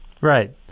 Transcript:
Right